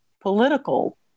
political